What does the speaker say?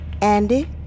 Andy